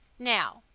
now,